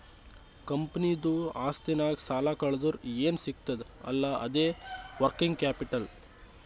ಕಂಪನಿದು ಆಸ್ತಿನಾಗ್ ಸಾಲಾ ಕಳ್ದುರ್ ಏನ್ ಸಿಗ್ತದ್ ಅಲ್ಲಾ ಅದೇ ವರ್ಕಿಂಗ್ ಕ್ಯಾಪಿಟಲ್